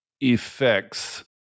effects